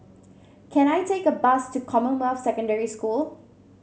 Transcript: can I take a bus to Commonwealth Secondary School